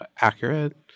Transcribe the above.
accurate